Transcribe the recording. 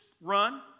run